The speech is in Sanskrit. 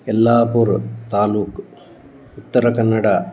यल्लापुर् तालूक् उत्तरकन्नडा